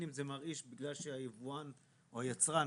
באנדרואיד יש כמה מפעלים שמייצרים.